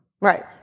Right